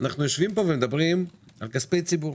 אנחנו יושבים פה ומדברים על כספי ציבור,